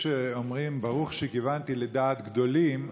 יש אומרים: ברוך שכיוונתי לדעת גדולים,